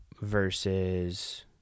versus